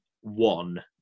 one